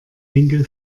winkel